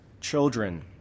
children